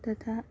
तथा